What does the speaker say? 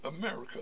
America